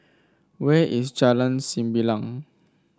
where is Jalan Sembilang